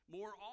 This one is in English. More